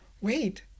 wait